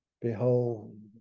Behold